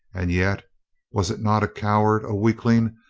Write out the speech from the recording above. and yet was it not a coward, a weakling,